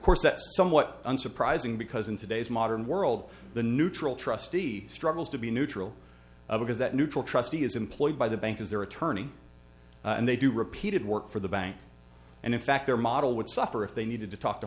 course that's somewhat unsurprising because in today's modern world the neutral trustee struggles to be neutral because that neutral trustee is employed by the bank as their attorney and they do repeated work for the bank and in fact their model would suffer if they needed to talk to